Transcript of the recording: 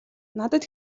надад